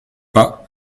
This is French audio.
pas